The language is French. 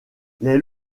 les